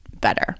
better